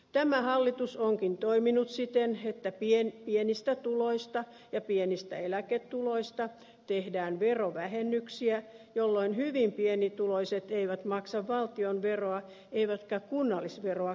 tämä hallitus onkin toiminut siten että pienistä tuloista ja pienistä eläketuloista tehdään verovähennyksiä jolloin hyvin pienituloiset eivät maksa valtionveroa eivätkä myöskään kunnallisveroa lainkaan